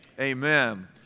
amen